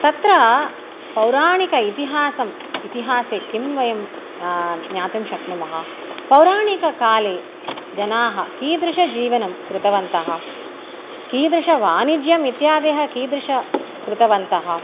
तत्र पौराणिकेतिहासम् इतिहासे किं वयं ज्ञातुं शक्नुमः पौराणिककाले जनाः कीदृशं जीवनं कृतवन्तः कीदृशं वाणिज्यम् इत्यादयः कीदृशः कृतवन्तः